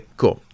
cool